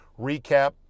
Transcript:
Recap